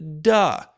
Duh